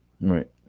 Right